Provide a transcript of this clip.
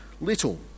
little